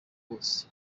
kose